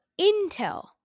Intel